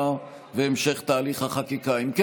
(פטור ממס בעד דמי הבראה והחזרי הוצאות נסיעה),